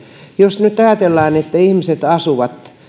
jos nyt ajatellaan että ihmiset asuvat